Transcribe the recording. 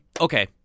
Okay